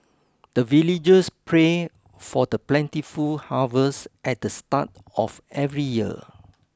the villagers pray for the plentiful harvest at the start of every year